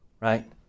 right